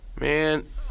Man